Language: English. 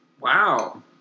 Wow